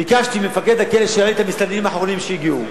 ביקשתי ממפקד הכלא שיראה לי את המסתננים האחרונים שהגיעו.